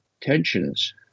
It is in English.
tensions